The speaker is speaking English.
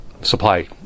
supply